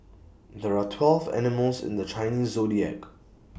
there are twelve animals in the Chinese Zodiac